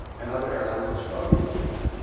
and other airlines are struggling to do that.